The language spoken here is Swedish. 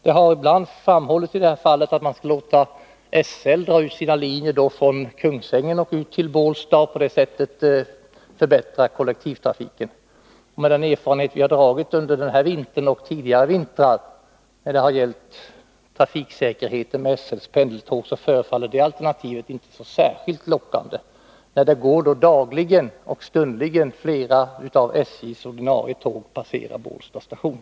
Det har ibland framhållits att man skulle låta SL dra ut sina linjer från Kungsängen till Bålsta för att på det sättet förbättra kollektivtrafiken. Men med den erfarenhet vi har fått under den här vintern, och tidigare vintrar, av trafiksäkerheten med SL:s pendeltåg förefaller det alternativet inte särskilt lockande, när flera av SJ:s ordinarie tåg dagligen och stundligen passerar Bålsta station.